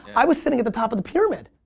i was sitting at the top of the pyramid.